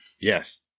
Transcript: Yes